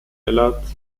elert